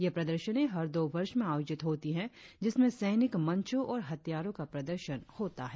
यह प्रदर्शनी हर दो वर्ष में आयोजित होती है जिसमें सैनिक मंचो और हथियारों का प्रदर्शन होता है